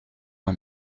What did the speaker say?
moi